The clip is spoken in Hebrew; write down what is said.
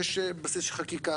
יש בסיס של חקיקה,